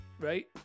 right